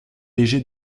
léger